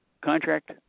contract